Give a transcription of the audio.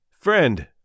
Friend